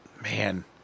man